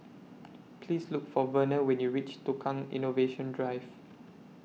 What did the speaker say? Please Look For Verner when YOU REACH Tukang Innovation Drive